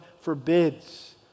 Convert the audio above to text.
forbids